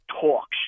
talks